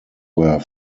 were